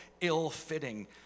ill-fitting